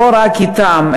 לא רק אתם,